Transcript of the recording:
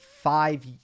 five